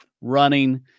running